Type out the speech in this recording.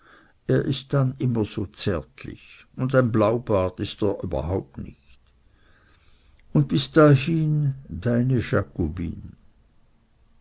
er ist dann immer so zärtlich und ein blaubart ist er überhaupt nicht und bis dahin deine